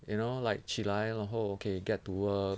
you know like 起来然后 okay get to work